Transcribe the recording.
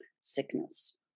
sickness